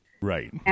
Right